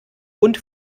und